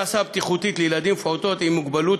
בחוק הסעה בטיחותית לילדים ולפעוטות עם מוגבלות,